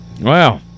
Wow